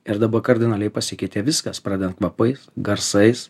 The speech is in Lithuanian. ir dabar kardinaliai pasikeitė viskas pradedant kvapais garsais